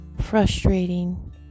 Frustrating